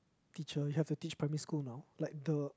teacher you have to teach primary school now like the